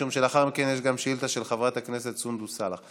משום שלאחר מכן יש גם שאילתה של חברת הכנסת סונדוס סאלח.